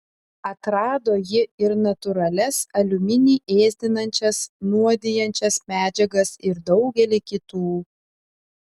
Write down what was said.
atrado ji ir natūralias aliuminį ėsdinančias nuodijančias medžiagas ir daugelį kitų